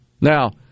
Now